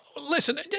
listen